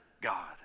God